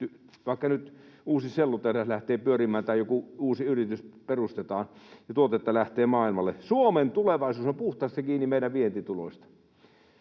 vaikka nyt uusi sellutehdas lähtee pyörimään tai joku uusi yritys perustetaan ja tuotetta lähtee maailmalle. Suomen tulevaisuus on puhtaasti kiinni meidän vientituloista.